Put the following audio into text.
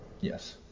yes